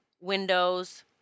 windows